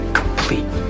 complete